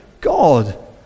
God